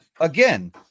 again